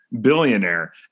billionaire